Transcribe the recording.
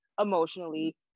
emotionally